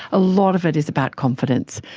a lot of it is about confidence.